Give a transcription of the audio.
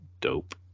dope